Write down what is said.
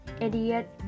idiot